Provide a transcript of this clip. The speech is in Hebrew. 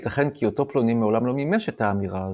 ייתכן כי אותו פלוני מעולם לא מימש את האמירה הזאת.